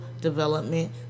development